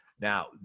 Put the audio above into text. Now